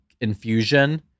infusion